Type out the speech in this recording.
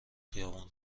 خیابون